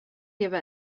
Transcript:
give